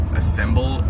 assemble